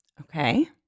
Okay